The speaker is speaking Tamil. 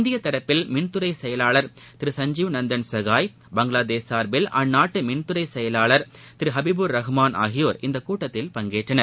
இந்தியத்தரப்பில் மின்துறைசெயலாளர் திரு சஞ்சீவ் நந்தன் சகாய் பங்களாதேஷ் தரப்பில் அந்நாட்டுமின்துறைசெயவாளர் திருஹபிபுர் ரஹ்மான் ஆகியோர் இக்கூட்டத்தில் பங்கேற்றனர்